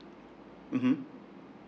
mmhmm